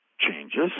changes